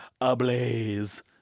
ablaze